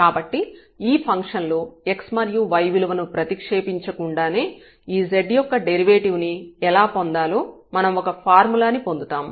కాబట్టి ఈ ఫంక్షన్ లో x మరియు y విలువలను ప్రతిక్షేపించకుండానే ఈ z యొక్క డెరివేటివ్ ని ఎలా పొందాలో మనం ఒక ఫార్ములా ని పొందుతాము